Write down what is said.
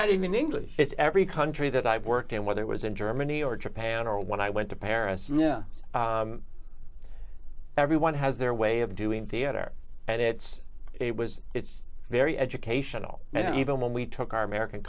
not even english it's every country that i've worked in whether it was in germany or japan or when i went to paris everyone has their way of doing theater and it's it was it's very educational and even when we took our american